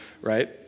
right